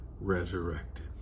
resurrected